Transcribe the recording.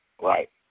Right